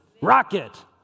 Rocket